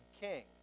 king